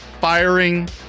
firing